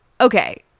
Okay